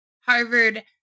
Harvard